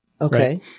Okay